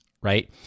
right